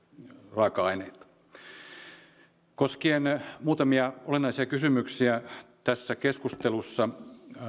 raaka aineita koskien muutamia olennaisia kysymyksiä tässä keskustelussa